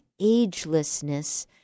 agelessness